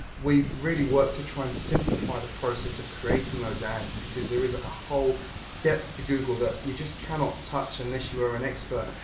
we've really worked to try and simplify the process of creating those ads because there is a whole depth to google that you just cannot touch unless you are an expert.